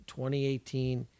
2018